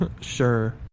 Sure